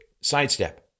sidestep